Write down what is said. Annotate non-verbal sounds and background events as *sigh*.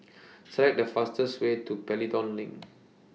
*noise* Select The fastest Way to Pelton LINK *noise*